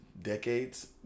decades